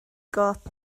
gôt